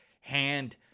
hand